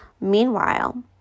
Meanwhile